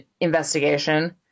investigation